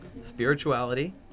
spirituality